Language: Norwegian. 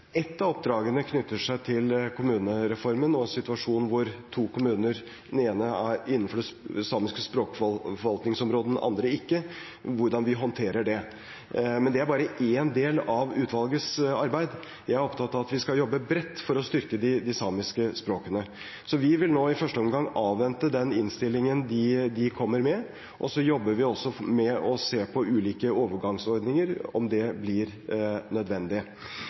Ett av oppdragene knytter seg til kommunereformen og hvordan to kommuner håndterer situasjonen når den ene er innenfor det samiske språkforvaltningsområdet og den andre ikke. Men det er bare én del av utvalgets arbeid. Jeg er opptatt av at vi skal jobbe bredt for å styrke de samiske språkene. Så vi vil nå i første omgang avvente den innstillingen de kommer med. Vi jobber også med å se på ulike overgangsordninger – om det blir nødvendig.